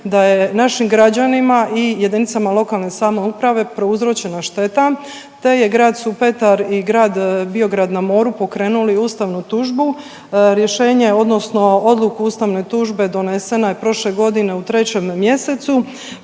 da je našim građanima i jedinice lokalne samouprave prouzročena šteta te je Grad Supetar i Grad Biograd na moru pokrenuli ustavnu tužbu, rješenje odnosno odluku ustavne tužbe donesena je prošle godine u 3. mjesecu,